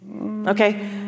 Okay